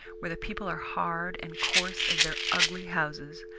where the people are hard and coarse as their ugly houses,